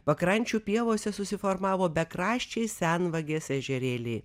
pakrančių pievose susiformavo bekraščiai senvagės ežerėliai